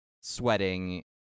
sweating